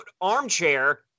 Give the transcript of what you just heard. armchair